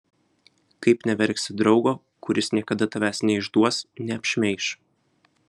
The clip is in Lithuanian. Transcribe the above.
kaip neverksi draugo kuris niekada tavęs neišduos neapšmeiš